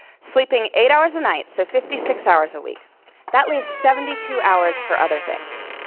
sleeping eight hours a night, so fifty six hours a week that leaves seventy two hours for other things.